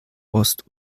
ost